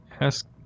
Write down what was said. ask